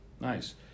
Nice